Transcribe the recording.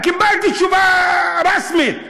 קיבלתי תשובה רשמית,